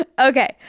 Okay